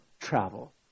travel